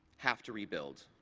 have to rebuild.